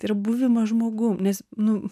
tai yra buvimas žmogum nes nu